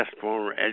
former